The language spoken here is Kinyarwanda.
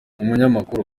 umunyamakuru